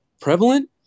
prevalent